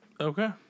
Okay